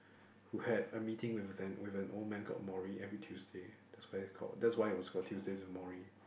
who had a meeting with a with an old man on every Tuesday that's why it called that's why it was called Tuesdays' Morrie